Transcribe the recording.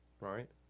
right